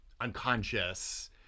unconscious